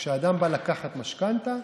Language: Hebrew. כשאדם בא לקחת משכנתה,